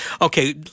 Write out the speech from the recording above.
Okay